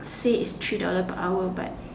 say it's three dollar per hour but